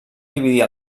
dividir